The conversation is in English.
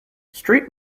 street